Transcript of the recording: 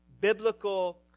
biblical